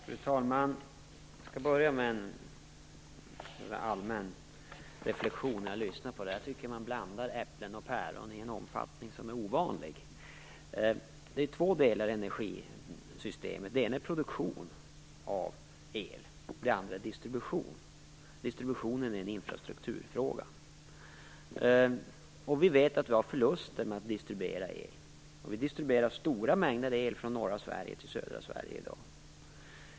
Fru talman! Jag skall börja med en allmän reflexion jag gjorde när jag lyssnade på det som sades. Jag tycker att man blandar äpplen och päron i en omfattning som är ovanlig. Det är två delar i energisystemet. Den ena är produktion av el, och den andra är distribution. Distributionen är en infrastrukturfråga. Vi vet att vi har förluster med att distribuera el, och vi distribuerar i dag stora mängder el från norra Sverige till södra Sverige.